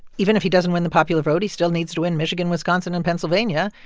even if he doesn't win the popular vote, he still needs to win michigan, wisconsin and pennsylvania.